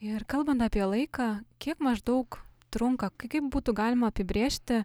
ir kalbant apie laiką kiek maždaug trunka kaip būtų galima apibrėžti